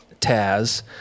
Taz